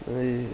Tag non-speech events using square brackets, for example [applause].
[noise]